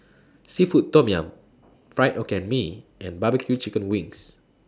Seafood Tom Yum Fried Hokkien Mee and Barbecue Chicken Wings